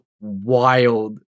wild